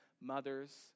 mothers